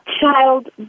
child